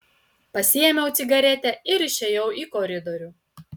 pasiėmiau cigaretę ir išėjau į koridorių